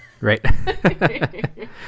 right